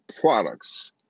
products